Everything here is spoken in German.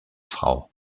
frau